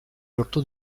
lortu